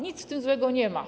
Nic w tym złego nie ma.